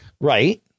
Right